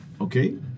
okay